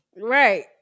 right